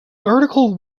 article